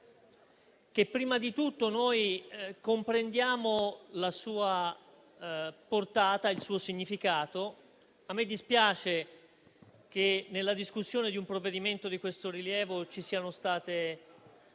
che prima di tutto noi comprendiamo la sua portata e il suo significato. A me dispiace che nella discussione di un provvedimento di siffatto rilievo ci siano state